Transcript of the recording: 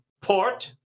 port